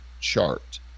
chart